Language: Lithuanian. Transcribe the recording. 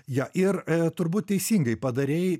jo ir turbūt teisingai padarei